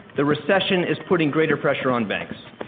the recession is putting greater pressure on banks.